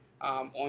on